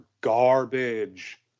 garbage